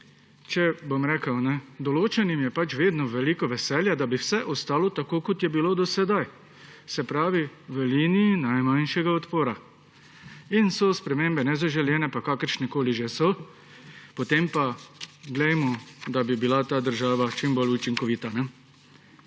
lase privlečeno. Določenim je pač vedno v veliko veselje, da bi vse ostalo tako, kot je bilo do sedaj, se pravi po liniji najmanjšega odpora. Spremembe so nezaželene, pa kakršnekoli že so, potem pa glejmo, da bi bila ta država čim bolj učinkovita.